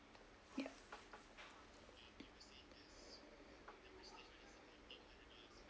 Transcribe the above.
yup